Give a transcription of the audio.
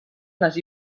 les